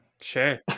sure